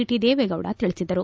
T Devegowda ತಿಳಿಸಿದರು